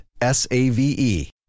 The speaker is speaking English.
S-A-V-E